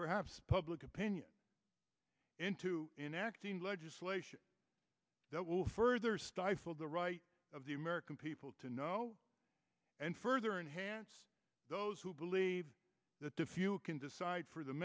perhaps public opinion into enacting legislation that will further stifle the right of the american people to know and further enhance those who believe that if you can decide for the